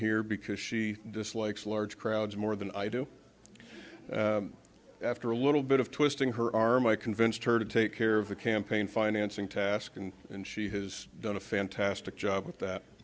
here because she dislikes large crowds more than i do after a little bit of twisting her arm i convinced her to take care of the campaign financing task and and she has done a fantastic job with that